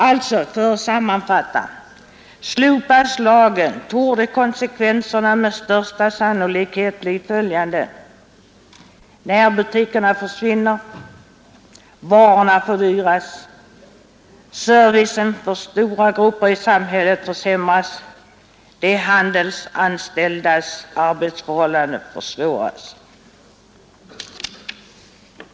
För att sammanfatta vill jag säga att om lagen slopas torde konsekvenserna med största sannolikhet bli följande: Närbutikerna försvinner. Varorna fördyras. Servicen för stora grupper i samhället försämras. De handelsanställdas arbetsförhållanden försvåras.